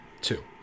two